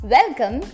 Welcome